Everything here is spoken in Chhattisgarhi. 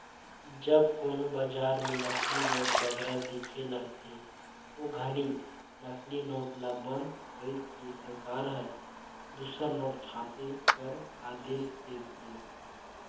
जब कोनो बजार में नकली नोट बगरा दिखे लगथे, ओ घनी नकली नोट ल बंद कइर के सरकार हर दूसर नोट छापे कर आदेस देथे